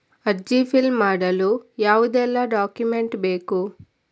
ಅರ್ಜಿ ಫಿಲ್ ಮಾಡಲು ಯಾವುದೆಲ್ಲ ಡಾಕ್ಯುಮೆಂಟ್ ಬೇಕು?